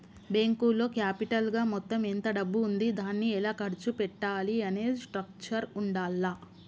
బ్యేంకులో క్యాపిటల్ గా మొత్తం ఎంత డబ్బు ఉంది దాన్ని ఎలా ఖర్చు పెట్టాలి అనే స్ట్రక్చర్ ఉండాల్ల